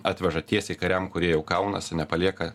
atveža tiesiai kariam kurie jau kaunasi nepalieka